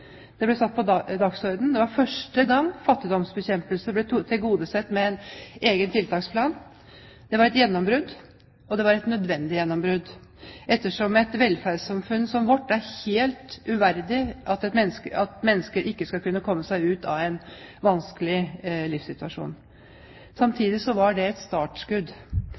Det ble satt på dagsordenen. Det var første gang fattigdomsbekjempelse ble tilgodesett med en egen tiltaksplan. Det var et gjennombrudd, og det var et nødvendig gjennombrudd, ettersom det i et velferdssamfunn som vårt er helt uverdig at mennesker ikke skal kunne komme seg ut av en vanskelig livssituasjon. Samtidig var det et startskudd.